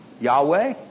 Yahweh